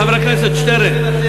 חבר הכנסת שטרן,